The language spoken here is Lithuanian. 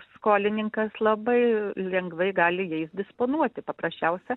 skolininkas labai lengvai gali jais disponuoti paprasčiausia